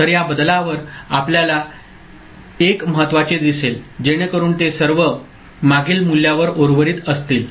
तर या बदलावर आपल्याला 1 महत्वाचे दिसेल जेणेकरून ते सर्व मागील मूल्यावर उर्वरित असतील